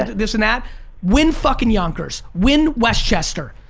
this and that win fucking yonkers. win westchester,